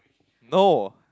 no